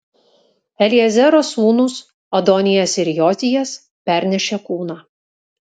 eliezero sūnūs adonijas ir jozijas pernešė kūną